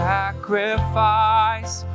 sacrifice